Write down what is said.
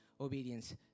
obedience